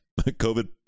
COVID